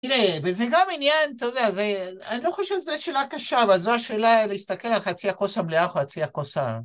תראה, וזה גם עניין, אתה יודע, אני לא חושב שזו שאלה קשה, אבל זו השאלה להסתכל על חצי הקוסם לאחר חצי הקוסם.